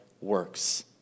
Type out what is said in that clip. works